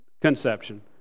Conception